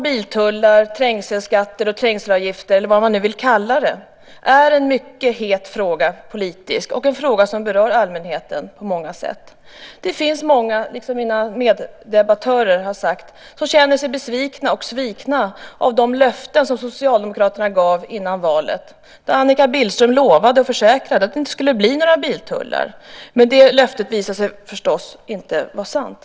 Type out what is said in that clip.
Biltullar, trängselskatter, trängselavgifter eller vad man nu vill kalla det är en mycket het politisk fråga och en fråga som berör allmänheten på många sätt. Som mina meddebattörer har sagt är det många som känner sig besvikna över och svikna av de löften som Socialdemokraterna gav före valet. Annika Billström lovade och försäkrade att det inte skulle bli några biltullar. Men det löftet visade sig förstås inte vara sant.